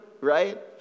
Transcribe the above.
right